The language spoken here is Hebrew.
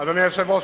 אדוני היושב-ראש,